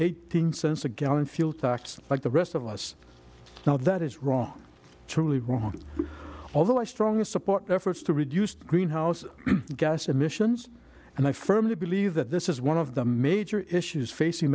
eighteen cents a gallon fuel tax like the rest of us now that is wrong truly wrong although i strongly support efforts to reduce greenhouse gas emissions and i firmly believe that this is one of the major issues facing